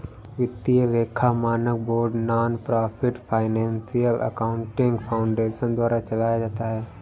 वित्तीय लेखा मानक board nonprofit financial accounting foundation द्वारा चलाया जाता है